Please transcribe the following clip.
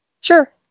sure